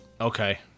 Okay